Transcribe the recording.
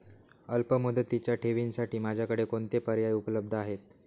अल्पमुदतीच्या ठेवींसाठी माझ्याकडे कोणते पर्याय उपलब्ध आहेत?